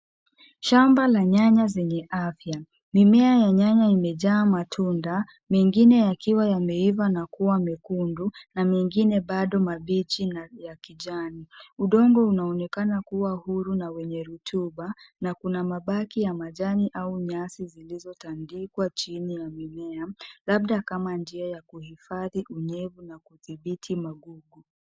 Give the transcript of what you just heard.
Shamba la nyanya zenye afya. Mimea ya nyanya imejaa matunda mengine yakiwa yameiva na kuwa mekundu na mengine bada mabichi na ya kijani. Udongo unaonekana kuwa huru na wenye rutuba na kuna mabaki ya majani na nyasi zilizotandikwa chini ya mimea labda kama njia ya kuhifadhi unyevu na kudhibiti unyevu.